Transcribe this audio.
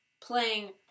playing